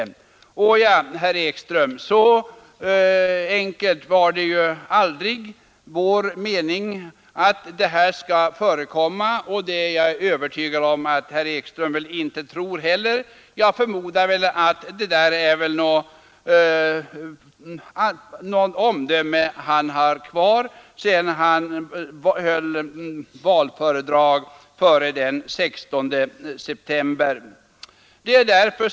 Åja, herr Ekström, så enkelt var det ju aldrig. Och jag är övertygad om att herr Ekström inte tror det heller. Jag förmodar att han uttalade ett omdöme som han har kvar sedan han höll valföredrag före den 16 september.